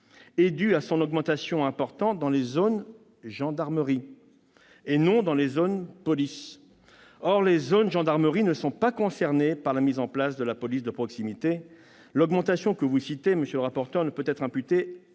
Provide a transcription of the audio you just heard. est due à son augmentation importante dans les zones de gendarmerie, et non dans les zones de police. Or les zones de gendarmerie ne sont pas concernées par la mise en place de la police de proximité. L'augmentation que vous avez évoquée, monsieur le rapporteur, ne peut donc être imputée de manière